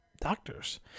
doctors